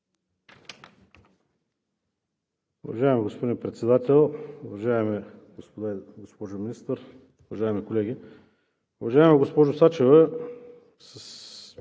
Уважаеми господин Председател, уважаема госпожо Министър, уважаеми колеги! Уважаема госпожо Сачева,